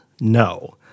No